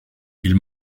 ils